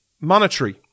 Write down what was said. monetary